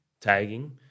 tagging